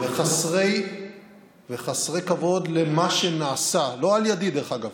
וחסרי כבוד למה שנעשה, לא על ידי, דרך אגב,